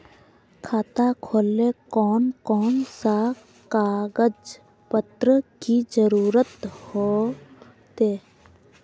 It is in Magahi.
खाता खोलेले कौन कौन सा कागज पत्र की जरूरत होते?